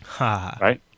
Right